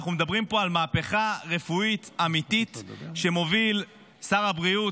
אנחנו מדברים פה על מהפכה רפואית אמיתית שמוביל שר הבריאות,